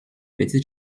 petite